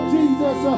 Jesus